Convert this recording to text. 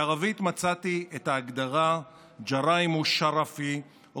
בערבית מצאתי את ההגדרה (אומר בערבית ומתרגם: ג'ראים א-שרף,) או